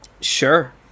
Sure